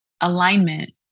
alignment